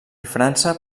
frança